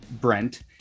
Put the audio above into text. brent